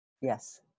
yes